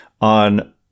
on